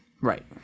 right